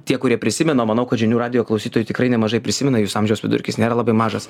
tie kurie prisimena manau kad žinių radijo klausytojai tikrai nemažai prisimena jūsų amžiaus vidurkis nėra labai mažas